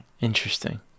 Interesting